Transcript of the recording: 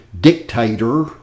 dictator